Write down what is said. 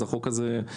את החוק הזה,